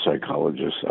psychologists